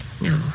No